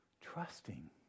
trusting